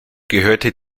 gehörte